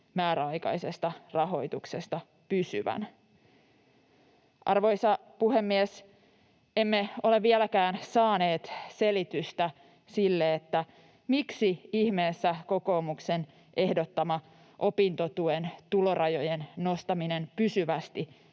määräaikaisesta rahoituksesta pysyvän. Arvoisa puhemies! Emme ole vieläkään saaneet selitystä sille, miksi ihmeessä kokoomuksen ehdottama opintotuen tulorajojen nostaminen pysyvästi